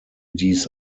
dies